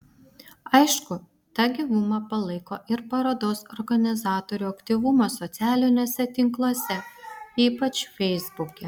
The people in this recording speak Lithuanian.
aišku tą gyvumą palaiko ir parodos organizatorių aktyvumas socialiniuose tinkluose ypač feisbuke